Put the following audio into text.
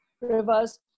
rivers